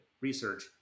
research